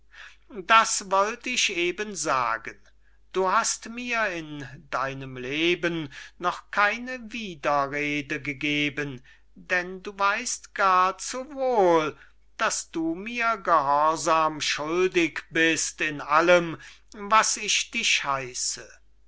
das wollt ich eben sagen du hast mir in deinem leben noch keine widerrede gegeben denn du weist gar zu wohl daß du mir gehorsam schuldig bist in allem was ich dich heisse